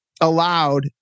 allowed